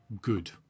good